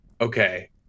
okay